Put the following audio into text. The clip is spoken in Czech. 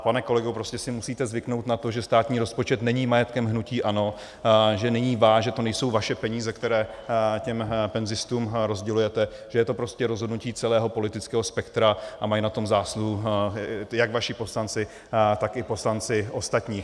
Pane kolego, prostě si musíte zvyknout na to, že státní rozpočet není majetkem hnutí ANO, že není váš, že to nejsou vaše peníze, které těm penzistům rozdělujete, že je to prostě rozhodnutí celého politického spektra a mají na tom zásluhu jak vaši poslanci, tak i poslanci ostatní.